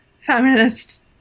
feminist